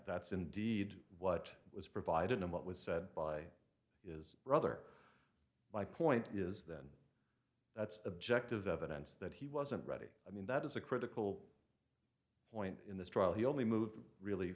that's indeed what was provided and what was said by is rather my point is then that's objective evidence that he wasn't ready i mean that is a critical point in this trial he only moved really